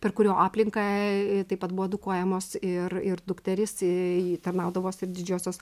per kurio aplinką ee taip pat buvo edukuojamos ir ir dukterys ii tarnaudavos didžiosios